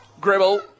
Gribble